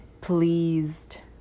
pleased